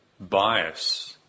bias